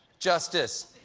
justice.